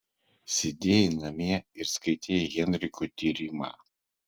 sėdėjai namie ir skaitei henriko tyrimą